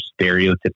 stereotypical